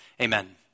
amen